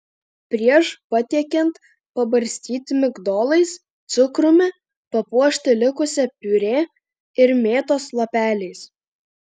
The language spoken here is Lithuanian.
prieš patiekiant pabarstyti migdolais cukrumi papuošti likusia piurė ir mėtos lapeliais